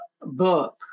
book